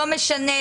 לא משנה